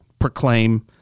proclaim